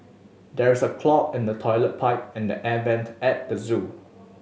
there is a clog in the toilet pipe and the air vents at the zoo